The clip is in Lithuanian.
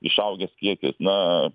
išaugęs kiekis na